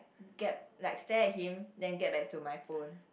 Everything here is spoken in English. get like stare at him then get back to my phone